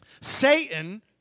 Satan